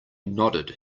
nodded